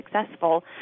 successful